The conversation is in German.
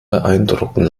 beeindrucken